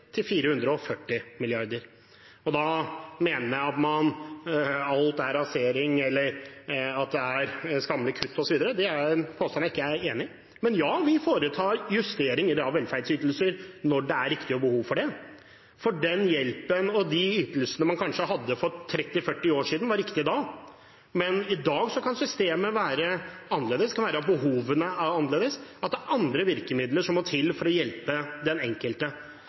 til 440 mrd. kr. Da er ord om at alt er rasering, eller at det er skammelige kutt osv., påstander jeg ikke er enig i. Men ja, vi foretar justering i velferdsytelser når det er riktig og behov for det. Den hjelpen og de ytelsene man hadde for 30–40 år siden, var riktig da, men i dag kan systemet være annerledes, det kan være at behovene er annerledes, og at det er andre virkemidler som må til for å hjelpe den enkelte.